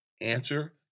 Answer